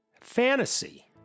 fantasy